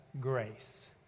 grace